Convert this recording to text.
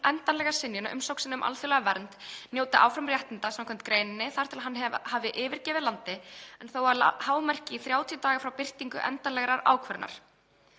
endanlega synjun á umsókn sinni um alþjóðlega vernd njóti áfram réttinda samkvæmt greininni þar til hann hafi yfirgefið landið en þó að hámarki í 30 daga frá birtingu endanlegrar ákvörðunar.